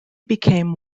became